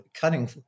cutting